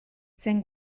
zen